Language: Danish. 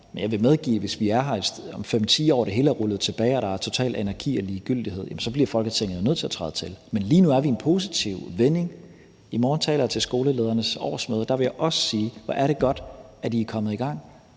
Men jeg vil medgive, at hvis vi er her om 5-10 år og det hele er rullet tilbage og der er totalt anarki og ligegyldighed, så bliver Folketinget jo nødt til at træde til. Men lige nu er vi i en positiv vending. I morgen taler jeg til skoleledernes årsmøde, og der vil jeg også sige: Hvor er det godt, at I er kommet i gang,